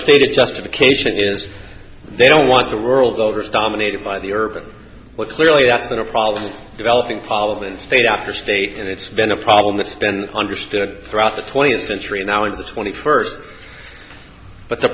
state a justification is they don't want the rural voters dominated by the urban but clearly that's been a problem developing problem in state after state and it's been a problem that spend understood throughout the twentieth century now of the twenty first but the